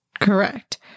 Correct